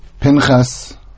Pinchas